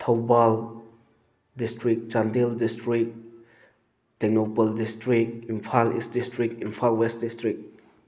Thoubal district Chandel district Tengnoupal district Imphal east district Imphal west district